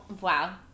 wow